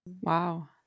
Wow